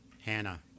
Hannah